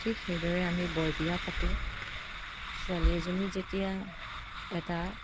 ঠিক সেইদৰে আমি বৰবিয়া পাতোঁ ছোৱালী এজনী যেতিয়া এটা